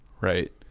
right